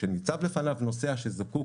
כשניצב לפניו נוסע שזקוק